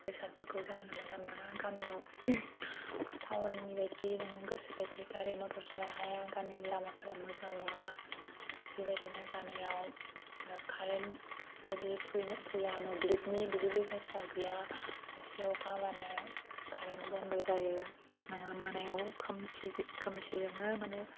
बेसादफोरखौ जानला मोनला मोना गामियाव टाउननि बायदि नोङो गोसो बायदि गारि मथर सालायनो हाया गामिनि लामाफोरा मोजां नङा बेबायदिनो गामियाव कारेन्ट बायदि फैया मोब्लिबनि बिदि बेबस्था गैया एसे अखा हाब्लानो कारेन्ट बन्द जायो मोना मोनायाव खोमसि खोमसिजोंनो माने